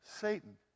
satan